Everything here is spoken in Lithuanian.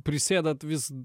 prisėdat vis